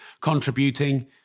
contributing